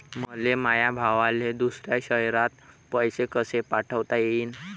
मले माया भावाले दुसऱ्या शयरात पैसे कसे पाठवता येईन?